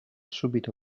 subito